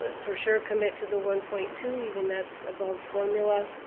ah for sure commit to the one point two, even that's above formula,